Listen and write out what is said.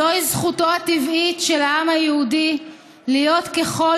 "זוהי זכותו הטבעית של העם היהודי להיות ככל